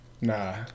Nah